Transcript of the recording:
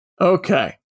Okay